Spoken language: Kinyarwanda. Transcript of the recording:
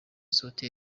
hotel